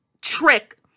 trick